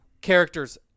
characters